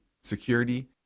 security